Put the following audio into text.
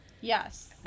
Yes